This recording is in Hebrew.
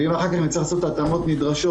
ואם אחר כך נצטרך לעשות את ההתאמות הנדרשות,